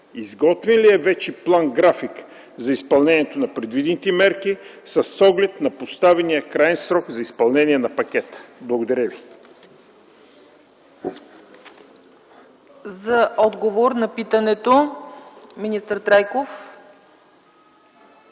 Изготвен ли е вече план-график за изпълнението на предвидените мерки с оглед на поставения краен срок за изпълнение на пакета? Благодаря.